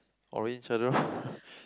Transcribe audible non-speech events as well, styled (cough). orange I don't know (breath)